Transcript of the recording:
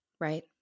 Right